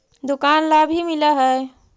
दुकान ला भी मिलहै?